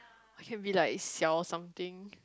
or can be like xiao something